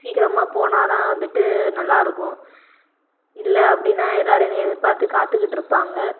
சீக்கிரமாக போனால் தான் வந்துட்டு நல்லாயிருக்கும் இல்லை அப்படின்னா எல்லோரும் என்ன எதிர்பார்த்து காத்துக்கிட்டு இருப்பாங்க